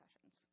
sessions